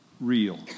real